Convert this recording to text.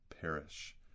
perish